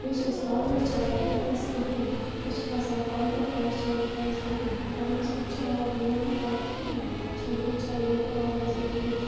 بیٚیہِ چھِ أسۍ پَلو چھَلان ییٚتِنَس کِہیٖنۍ أسۍ چھِ کھَسان کۄلہِ پٮ۪ٹھ پَلَو چھَلنہِ کیازکہِ ٹایمَس پٮ۪ٹھ چھِ آب نِوان پَتہٕ چھِنہٕ بُتھ چھَلنٕے یوت آب روزان کِہیٖنۍ